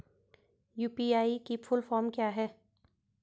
UPI की full form क्या है?